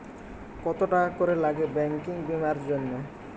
কত টাকা করে লাগে ব্যাঙ্কিং বিমার জন্য?